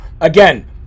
Again